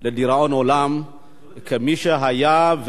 לדיראון עולם כמי שהיה,